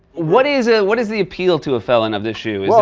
what is it what is the appeal to a felon of this shoe? is